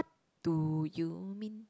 do you mean